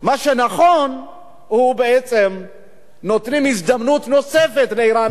מה שנכון הוא בעצם שנותנים הזדמנות נוספת לאירנים